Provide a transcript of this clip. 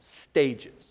stages